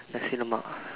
Nasi-Lemak